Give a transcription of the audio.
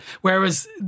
Whereas